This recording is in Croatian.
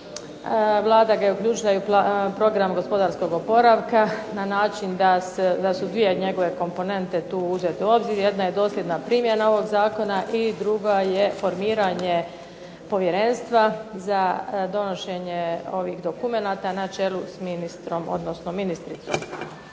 Vlada ga je uključila u program gospodarskog oporavka, na način da su dvije njegove komponente tu uzete u obzir, jedna je dosljedna primjena ovog Zakona i druga je formiranje povjerenstva za donošenje ovih dokumenata na čelu s ministricom. Ono što